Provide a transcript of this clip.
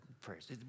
prayers